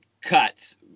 cuts